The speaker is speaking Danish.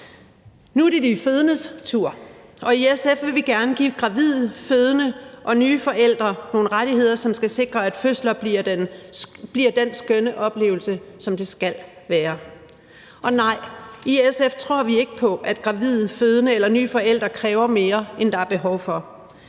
Nu er det de fødendes tur, og i SF vil vi gerne give gravide, fødende og nye forældre nogle rettigheder, som skal sikre, at fødsler bliver den skønne oplevelse, som det skal være. Og nej: I SF tror vi ikke på, at gravide, fødende eller nye forældre kræver mere, end der er behov for.